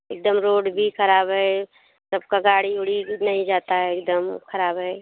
एकदम रोड भी खराब है सबका गाड़ी ओड़ी भी नहीं जाता है एकदम खराब है